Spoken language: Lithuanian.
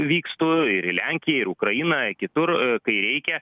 vykstu ir į lenkiją ir ukrainą kitur kai reikia